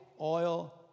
oil